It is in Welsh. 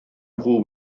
nhw